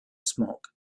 smoke